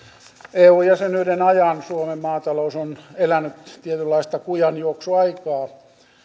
eu jäsenyyden ajan suomen maatalous on elänyt tietynlaista kujanjuoksuaikaa